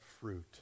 fruit